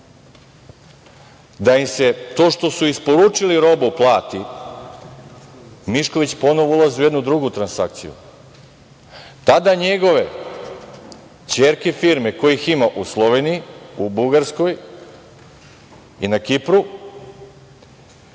da im se to što su isporučili robu plati, Mišković ponovo ulazi u jednu drugu transakciju. Tada njegove ćerke firme kojih ima u Sloveniji, u Bugarskoj i na Kipru